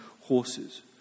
horses